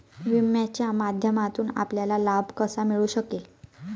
विम्याच्या माध्यमातून आपल्याला लाभ कसा मिळू शकेल?